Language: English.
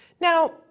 Now